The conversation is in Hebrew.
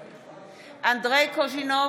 (קוראת בשמות חברי הכנסת) אנדרי קוז'ינוב,